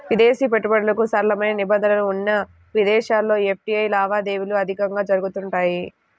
విదేశీ పెట్టుబడులకు సరళమైన నిబంధనలు ఉన్న దేశాల్లో ఎఫ్డీఐ లావాదేవీలు అధికంగా జరుగుతుంటాయి